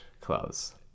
clothes